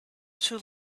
too